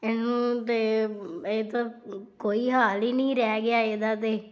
ਤੇ ਇਹ ਤਾਂ ਕੋਈ ਹਾਲ ਹੀ ਨਹੀਂ ਰਹਿ ਗਿਆ ਇਹਦਾ ਤਾਂ